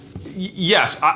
Yes